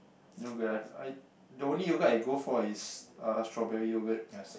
you know have the only yogurt I go for is uh strawberry yogurt